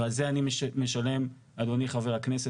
ועל זה אני משלם אדוני חבר הכנסת,